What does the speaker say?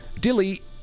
Delete